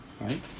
right